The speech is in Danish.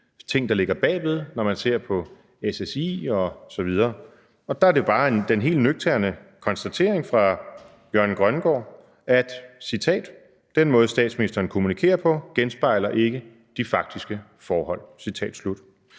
ting, der ligger bag ved, når man ser på SSI osv. Og der er det jo bare den helt nøgterne konstatering af hr. Jørgen Grønnegård, at «den måde, statsministeren kommunikerer på, genspejler ikke de faktiske forhold«.